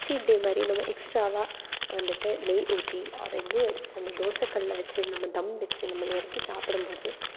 seat day மாதிரி நம்ம எக்ஸ்ட்ராவாக வந்துட்டு நெய் ஊற்றி அதை இன்னும் எடுத்து அந்த தோசை கல்லில் வச்சு நம்ம தம் வச்சு நம்ம அதை இறக்கி சாப்பிடம் போது